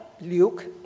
Luke